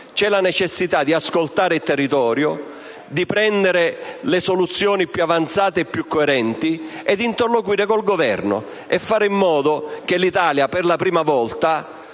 C'è la necessità di ascoltare il territorio, di adottare le soluzioni più avanzate e più coerenti e di interloquire con il Governo per fare in modo che l'Italia, per la prima volta,